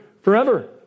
forever